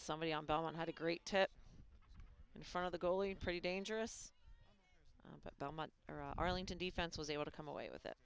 somebody on balance had a great in front of the goalie pretty dangerous but arlington defense was able to come away with it